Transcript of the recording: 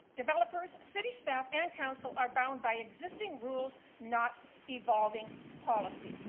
developers, city staff and council are bound by existing rules, not evolving policy.